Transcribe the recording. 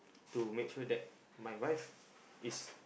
to make sure that my wife is